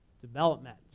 development